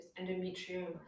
Endometrioma